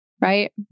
right